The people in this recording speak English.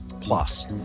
plus